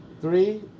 Three